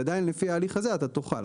עדיין לפי ההליך הזה אתה תוכל.